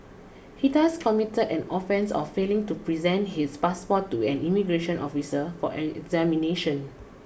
he thus committed an offence of failing to present his passport to an immigration officer for an examination